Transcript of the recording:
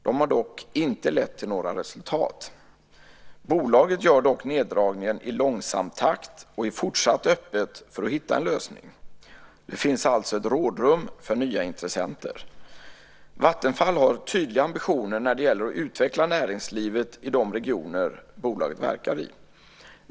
Men de har inte lett till några resultat. Bolaget gör dock neddragningen i långsam takt och är fortsatt öppet för att hitta en lösning. Det finns alltså ett rådrum för nya intressenter. Vattenfall har tydliga ambitioner när det gäller att utveckla näringslivet i de regioner bolaget verkar i.